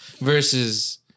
Versus